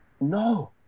No